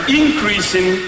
increasing